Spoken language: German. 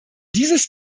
dieses